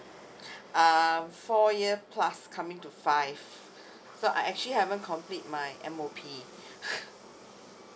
uh four year plus coming to five so I actually haven't complete my M O P